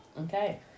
okay